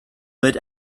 but